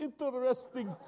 interesting